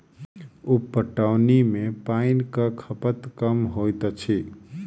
उप पटौनी मे पाइनक खपत कम होइत अछि